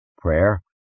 Prayer